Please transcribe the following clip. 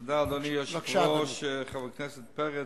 תודה, אדוני היושב-ראש, חבר הכנסת פרץ.